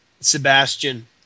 Sebastian